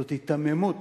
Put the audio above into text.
זאת היתממות